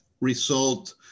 result